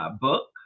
book